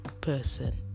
person